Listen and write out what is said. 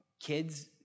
kids